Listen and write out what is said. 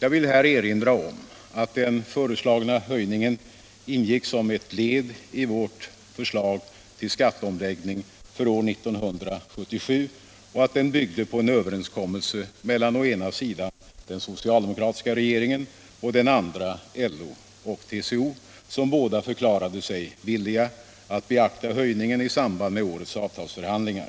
Jag vill här erinra om att den föreslagna höjningen ingick som ett led i vårt förslag till skatteomläggning för år 1977 och att den byggde på en överenskommelse mellan å ena sidan den socialdemokratiska regeringen och å den andra sidan LO och TCO, som båda förklarade sig villiga att beakta höjningen i samband med årets avtalsförhandlingar.